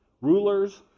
rulers